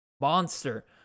monster